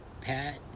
Pat